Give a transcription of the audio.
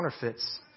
counterfeits